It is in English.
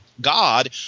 God